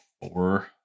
four